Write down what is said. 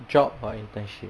job or internship